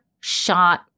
shot